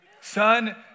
Son